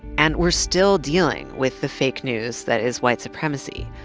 and we're still dealing with the fake news that is white supremacy.